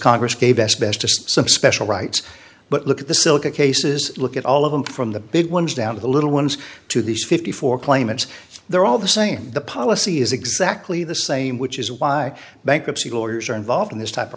congress gave best best of some special rights but look at the silica cases look at all of them from the big ones down to the little ones to these fifty four claimants they're all the same the policy is exactly the same which is why bankruptcy lawyers are involved in this type of